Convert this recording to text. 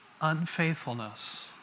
unfaithfulness